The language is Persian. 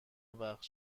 وقت